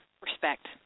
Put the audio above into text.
respect